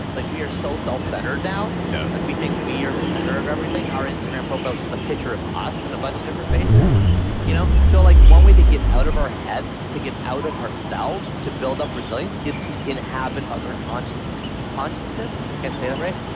like we are so self-centered now yeah like we think we are the center of everything. our instagram profile is just a picture of us and a bunch of different faces you know so like one way to get out of our heads, to get out of ourselves, to build up resilience is to inhabit other consciousness. i can't say that right.